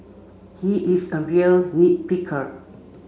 he is a real nit picker